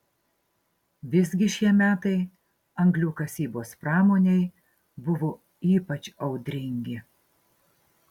visgi šie metai anglių kasybos pramonei buvo ypač audringi